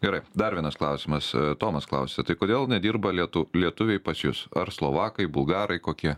gerai dar vienas klausimas tomas klausia tai kodėl nedirba lietu lietuviai pas jus ar slovakai bulgarai kokie